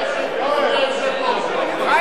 נא להמשיך, חבר הכנסת חסון.